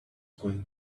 going